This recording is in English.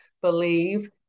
believe